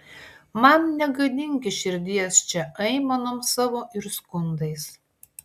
man negadinki širdies čia aimanom savo ir skundais